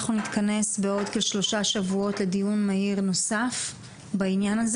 אנחנו נתכנס בעוד כשלושה שבועות לדיון מהיר נוסף בעניין הזה